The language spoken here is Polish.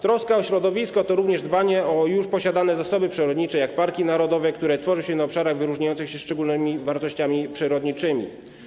Troska o środowisko to również dbanie o już posiadane zasoby przyrodnicze, takie jak parki narodowe, które tworzy się na obszarach wyróżniających się szczególnymi wartościami przyrodniczymi.